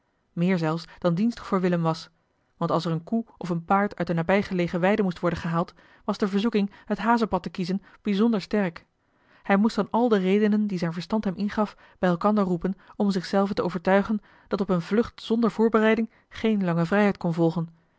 meer zelfs dan dienstig voor willem was want als er eene koe of een paard uit de eli heimans willem roda nabijgelegen weide moest worden gehaald was de verzoeking het hazenpad te kiezen bijzonder sterk hij moest dan al de redenen die zijn verstand hem ingaf bij elkander roepen om zich zelven te overtuigen dat op eene vlucht zonder voorbereiding geen lange vrijheid kon volgen